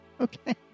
Okay